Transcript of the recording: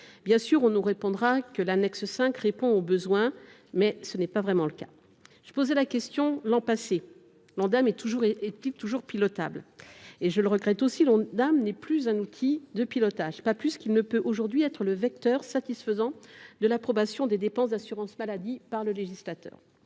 Bien sûr, on nous dira que l’annexe 5 répond aux besoins, mais tel n’est pas vraiment le cas. Je posais déjà la question l’an passé : l’Ondam est il toujours pilotable ? Je suis la première à le regretter, mais l’Ondam n’est plus un outil de pilotage, pas plus qu’il ne peut être le vecteur satisfaisant de l’approbation des dépenses d’assurance maladie par le législateur.